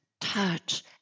touch